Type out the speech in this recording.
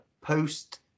post